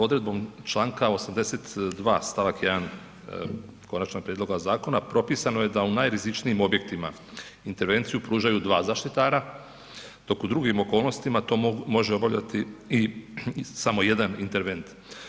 Odredbom članka 82. stavak 1. konačnog prijedloga zakona propisano je da u najrizičnijim objektima intervenciju pružaju dva zaštitara dok u drugim okolnostima to može obavljati samo jedan intervent.